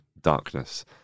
darkness